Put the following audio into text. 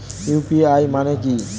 UPI মানে কি?